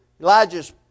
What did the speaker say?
Elijah's